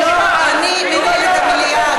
אני מנהלת את המליאה.